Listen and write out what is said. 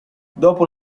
dopo